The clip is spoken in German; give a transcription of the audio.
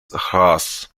reims